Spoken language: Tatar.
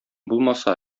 булмаса